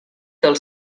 del